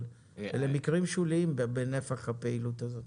אבל אלה מקרים שוליים בנפח הפעילות הזאת.